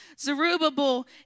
Zerubbabel